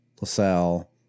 LaSalle